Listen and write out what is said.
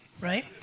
right